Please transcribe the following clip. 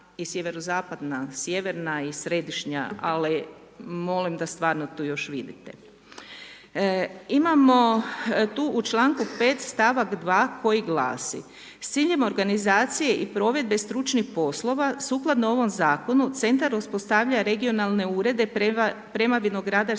središnja i SZ, sjeverna i središnja, ali molim da stvarno to još vidite. Imamo tu u članku 5. stavak 2. koji glasi: S ciljem organizacije i provedbe stručnih poslova, sukladno ovom zakonu, centar uspostavljuje regionalne urede prema vinogradarskim